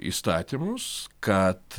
įstatymus kad